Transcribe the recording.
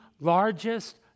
largest